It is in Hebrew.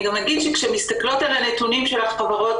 אני גם אגיד שכשמסתכלות על הנתונים של החברות